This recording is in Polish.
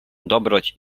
dobroć